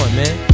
man